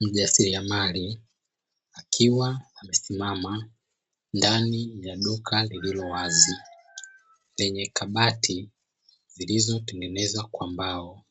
Mjasiliamali akiwa amesimama ndani ya duka lililowazi leye kabati zilizotengenezwa kwa mbao,